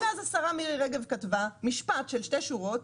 ואז השרה מירי רגב כתבה משפט של שתי שורות: